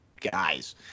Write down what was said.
guys